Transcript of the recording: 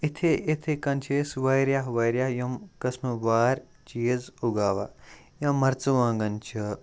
یِتھٔے یِتھٔے کٔنۍ چھِ أسۍ واریاہ واریاہ یِم قٕسمہٕ وار چیٖز اُگاوان یا مرژٕوانٛگَن چھِ